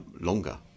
longer